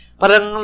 parang